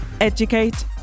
educate